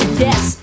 yes